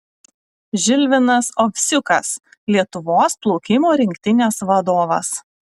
žilvinas ovsiukas lietuvos plaukimo rinktinės vadovas